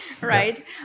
right